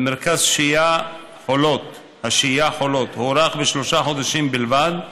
במרכז השהייה חולות הוארך בשלושה חודשים בלבד,